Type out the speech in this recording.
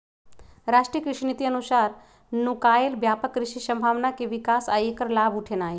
राष्ट्रीय कृषि नीति अनुसार नुकायल व्यापक कृषि संभावना के विकास आ ऐकर लाभ उठेनाई